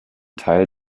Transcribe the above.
teil